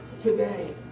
Today